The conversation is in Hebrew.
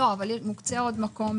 לא, אבל מוקצה עוד מקום.